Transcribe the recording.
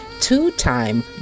two-time